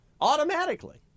Automatically